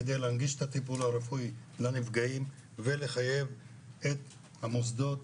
כדי להנגיש את הטיפול הרפואי לנפגעים ולחייב את המוסדות